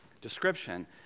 description